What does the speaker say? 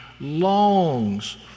longs